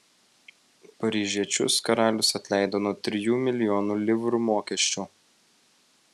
paryžiečius karalius atleido nuo trijų milijonų livrų mokesčių